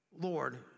Lord